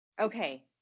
Okay